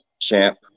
champ